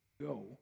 go